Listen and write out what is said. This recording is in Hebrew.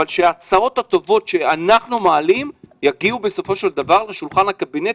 אבל שההצעות הטובות שאנחנו מעלים יגיעו בסופו של דבר לשולחן הקבינט,